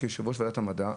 כיושב ראש ועדת המדע,